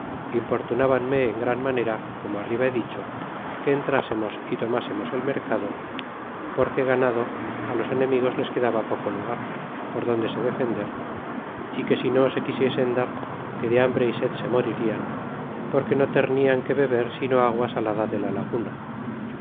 tunbanme en gran manera como arriba be dicho que entra sernos y toma c ernos el mercado porque ganado los enemi gos les quedaba poco lugar por donde se defender y que si no no se qubiesen dar que de hambre y sed se moririau porque ternian que beber sino agua s dada de la laguna